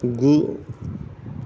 गु